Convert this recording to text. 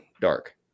dark